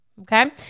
okay